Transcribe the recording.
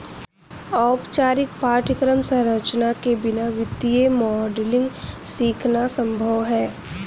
औपचारिक पाठ्यक्रम संरचना के बिना वित्तीय मॉडलिंग सीखना संभव हैं